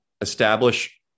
establish